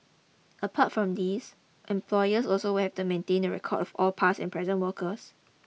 apart from these employers will also have to maintain records of all past and present workers